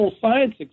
science